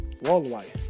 worldwide